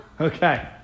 Okay